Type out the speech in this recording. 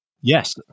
Yes